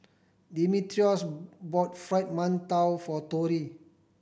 Dimitrios bought Fried Mantou for Tori